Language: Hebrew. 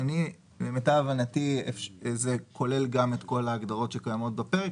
למיטב הבנתי זה כולל גם את כל ההגדרות שקיימות בפרק,